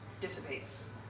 dissipates